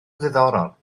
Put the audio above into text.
ddiddorol